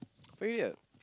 failure